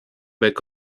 back